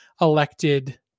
elected